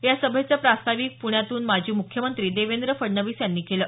या सभेचे प्रास्ताविक प्ण्यातून माजी मुख्यमंत्री देवेंद्र फडणवीस यांनी केलं